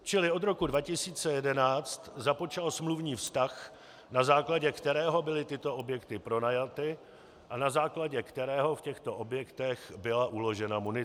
Čili od roku 2011 započal smluvní vztah, na základě kterého byly tyto objekty pronajaty a na základě kterého v těchto objektech byla uložena munice.